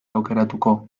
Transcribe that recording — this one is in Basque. aukeratuko